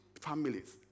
families